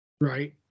right